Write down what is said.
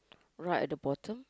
right at the bottom